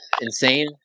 insane